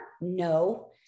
no